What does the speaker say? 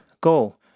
Go